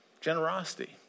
Generosity